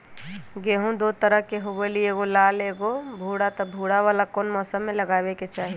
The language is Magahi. गेंहू दो तरह के होअ ली एगो लाल एगो भूरा त भूरा वाला कौन मौसम मे लगाबे के चाहि?